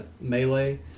Melee